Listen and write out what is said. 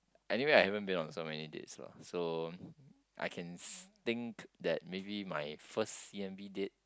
anyway I haven't been on so many dates lah so I can see think that maybe my first C_N_B date